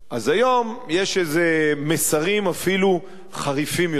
היום יש אפילו מסרים חריפים יותר,